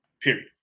Period